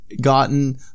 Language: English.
Gotten